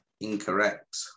incorrect